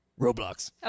Roblox